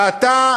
ואתה